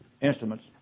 instruments